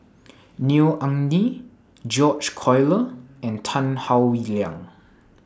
Neo Anngee George Collyer and Tan Howe Liang